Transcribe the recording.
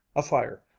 a fire,